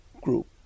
group